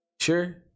sure